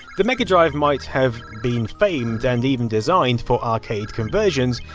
the mega drive might have been famed, and even designed for arcade conversions,